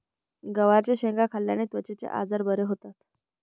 गवारच्या शेंगा खाल्ल्याने त्वचेचे आजार बरे होतात